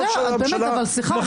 מה שהממשלה מחליטה --- סליחה,